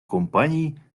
компаній